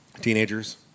Teenagers